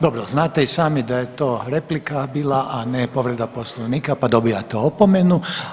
Dobro, znate i sami da je to replika bila, a ne povredama poslovnika pa dobijate opomenu.